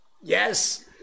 Yes